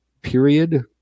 period